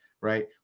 right